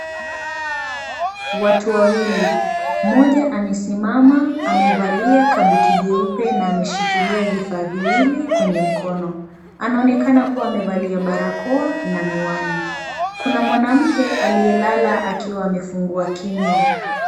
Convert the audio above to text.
Watu wawili. Mmoja amesimama, amevalia kabuti jeupe na ameshikilia vifaa viwili kwenye mkono. Anaonekana kuwa amevalia barakoa na miwani. Kuna mwanamke aliyelala akiwa amefungua kinywa.